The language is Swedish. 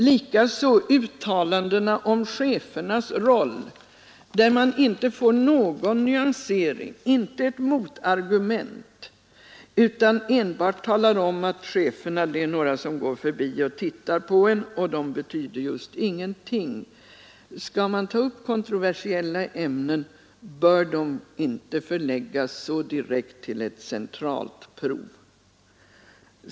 Detsamma gäller uttalandena om chefernas roll, där man inte ger någon nyansering, inte ett motargument, utan enbart talar om att cheferna är några som går förbi och tittar på en och betyder just ingenting. Skall man ta upp kontroversiella ämnen, bör de inte förläggas så direkt till ett centralt prov.